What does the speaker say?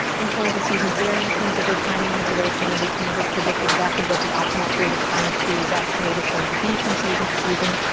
influenza seasons vary in terms of their timing and duration and we can never predict exactly what the optimal period of time to vaccinate is going to be from season to season,